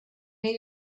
made